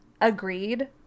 agreed